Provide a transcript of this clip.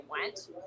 went